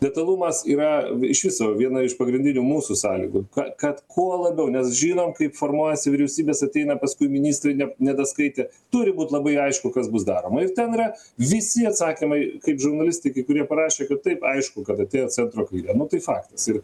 detalumas yra iš viso viena iš pagrindinių mūsų sąlygų ką kad kuo labiau nes žinom kaip formuojasi vyriausybės ateina paskui ministrai ne nedaskaitę turi būt labai aišku kas bus daroma ir ten yra visi atsakymai kaip žurnalistai kai kurie parašė kad taip aišku kad atėjo centro kairė nu tai faktas ir